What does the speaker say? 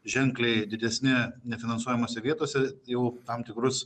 ženkliai didesni nefinansuojamose vietose jau tam tikrus